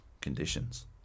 conditions